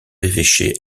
évêchés